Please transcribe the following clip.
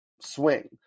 swing